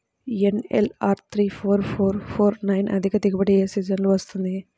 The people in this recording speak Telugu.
NLR three four four four nine అధిక దిగుబడి ఏ సీజన్లలో వస్తుంది?